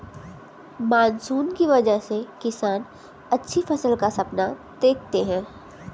monsoon की वजह से किसान अच्छी फसल का सपना देखते हैं